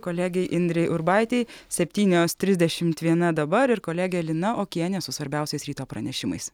kolegei indrei urbaitei septynios trisdešimt viena dabar ir kolegė lina okienė su svarbiausiais ryto pranešimais